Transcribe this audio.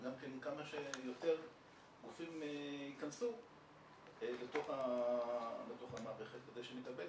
וגם כמה שיותר גופים ייכנסו לתוך המערכת כדי שנקבל